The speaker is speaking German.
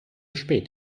spät